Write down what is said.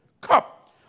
cup